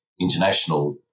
international